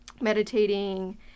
meditating